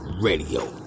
Radio